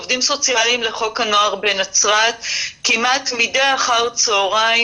עובדים סוציאליים לחוק הנוער בנצרת כמעט מדי אחר צוהריים